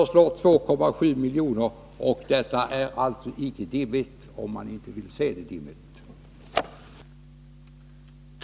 Det gäller 2,7 milj.kr., och det är inte dimmigt, om man inte vill göra det dimmigt.